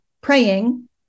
praying